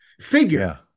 figure